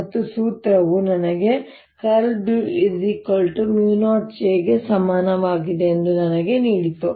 ಮತ್ತು ಸೂತ್ರವು ನನಗೆ ▽× B μ0 J ಗೆ ಸಮಾನವಾಗಿದೆ ಎಂದು ನನಗೆ ನೀಡಿತು